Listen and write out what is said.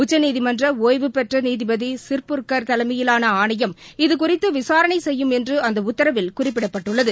உச்சநீதிமன்றஒய்வுபெற்றநீதிபதிப்புர்கள் தலைமையிலானஆணையம் இது குறித்துவிசாரணைசெய்யும் என்றுஅந்தஉத்தரவில் குறிப்பிடப்பட்டுள்ளது